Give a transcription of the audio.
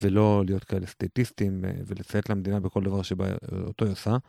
ולא להיות כאלה סטטיסטים ולציית למדינה בכל דבר שבא..אה.. אותו היא עושה.